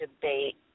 debate